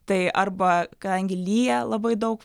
tai arba kadangi lyja labai daug